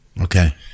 Okay